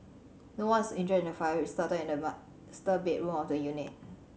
no one's injured in the fire which started in the started bedroom of the unit